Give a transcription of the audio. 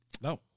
No